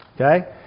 Okay